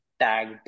tagged